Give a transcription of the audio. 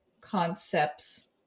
concepts